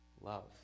Love